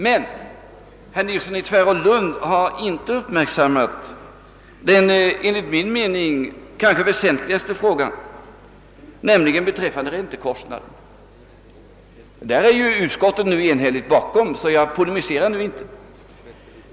Herr Nilsson i Tvärålund har inte uppmärksammat den enligt min mening kanske väsentligaste frågan, nämligen den om räntekostnaderna. På den punkten är ju utskottet enigt, så jag polemiserar inte.